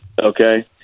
okay